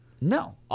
No